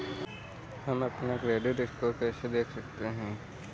हम अपना credit score कैसे देख सकते हैं?